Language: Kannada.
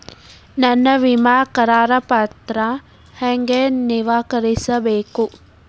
ನನ್ನ ವಿಮಾ ಕರಾರ ಪತ್ರಾ ಹೆಂಗ್ ನವೇಕರಿಸಬೇಕು?